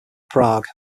prague